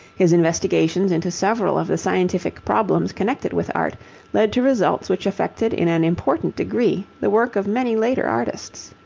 his investigations into several of the scientific problems connected with art led to results which affected in an important degree the work of many later artists.